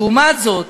לעומת זאת,